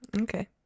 Okay